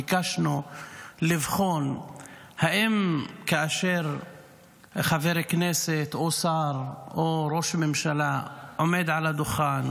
ביקשנו לבחון אם כאשר חבר כנסת או שר או ראש ממשלה עומד על הדוכן